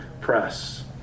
Press